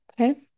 okay